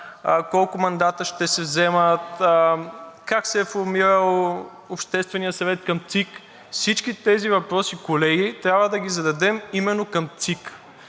колко мандата ще се вземат, как се е формирал Общественият съвет към ЦИК, всички тези въпроси, колеги, трябва да ги зададем именно към ЦИК.